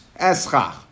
Eschach